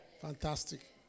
Fantastic